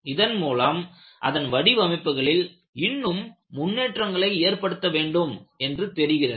இதன் மூலம் அதன் வடிவமைப்புகளில் இன்னும் முன்னேற்றங்களை ஏற்படுத்த வேண்டும் என்று தெரிகிறது